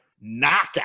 knockout